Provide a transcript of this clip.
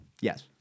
Yes